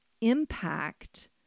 impact